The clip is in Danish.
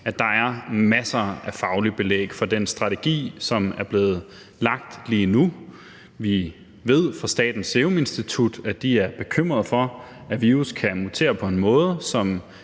at der er masser af fagligt belæg for den strategi, der er blevet lagt lige nu. Vi ved fra Statens Serum Institut, at de er bekymrede for, at virus kan mutere på en måde, som